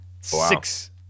six